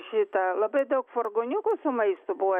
šita labai daug furgoniukų su maistu buvo